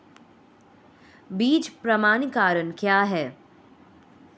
बीज प्रमाणीकरण क्या है?